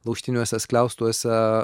laužtiniuose skliaustuose